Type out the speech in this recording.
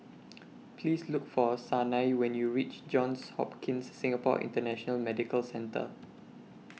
Please Look For Sanai YOU when YOU REACH Johns Hopkins Singapore International Medical Centre